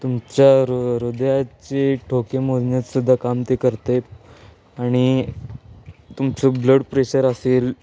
तुमच्या रो हृदयाचे ठोके मोजण्यातसुद्धा काम ते करते आणि तुमचं ब्लड प्रेशर असेल